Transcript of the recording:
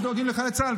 שדואגים לחיילי צה"ל,